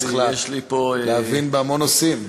יש לי, יש לי פה, אתה צריך להבין בהמון נושאים.